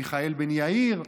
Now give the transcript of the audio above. מיכאל בן יאיר,